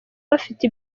bafite